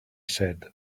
said